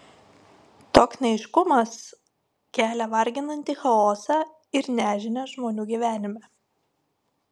toks neaiškumas kelia varginantį chaosą ir nežinią žmonių gyvenime